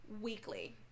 weekly